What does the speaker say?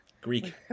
Greek